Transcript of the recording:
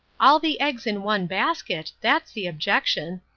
all the eggs in one basket that's the objection.